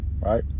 Right